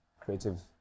creative